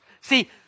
See